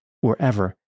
wherever